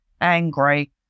angry